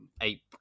Eight